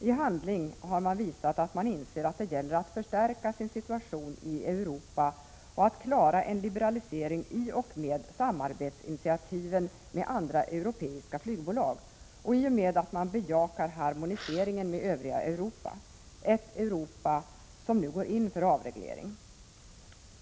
I handling har man visat att man inser att det gäller att förstärka sin situation i Europa och att klara en liberalisering i och med initiativen till samarbete med andra europeiska flygbolag och i och med att man bejakar harmoniseringen med övriga Europa — ett Europa som nu går in för avreglering.